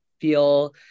feel